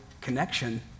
connection